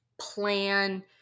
plan